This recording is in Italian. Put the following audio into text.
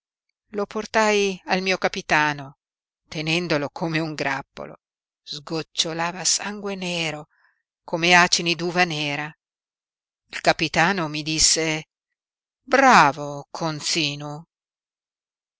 lo portai al mio capitano tenendolo come un grappolo sgocciolava sangue nero come acini d'uva nera il capitano mi disse bravo conzinu